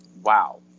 wow